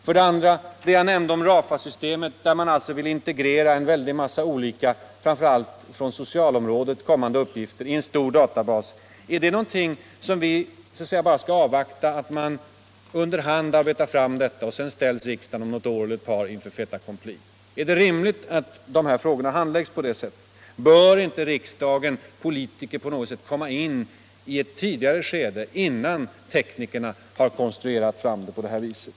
Skall vi när det gäller RAFA-systemet, där man alltså vill integrera en massa olika uppgifter framför allt från det sociala området i en stor databas, bara avvakta medan man arbetar fram detta och sedan låta riksdagen ställas inför fait accompli om ett par år? Är det rimligt att de här frågorna handläggs på detta sätt? Bör inte riksdagen och politikerna komma in i ett tidigare skede innan teknikerna kommit så långt med sina konstruktioner?